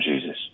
Jesus